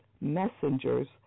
messengers